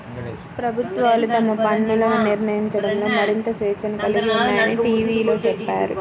ప్రభుత్వాలు తమ పన్నులను నిర్ణయించడంలో మరింత స్వేచ్ఛను కలిగి ఉన్నాయని టీవీలో చెప్పారు